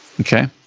Okay